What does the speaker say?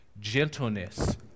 gentleness